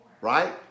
right